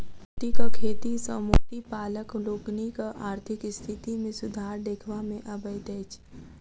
मोतीक खेती सॅ मोती पालक लोकनिक आर्थिक स्थिति मे सुधार देखबा मे अबैत अछि